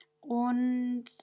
Und